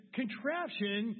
contraption